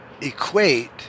equate